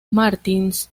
martins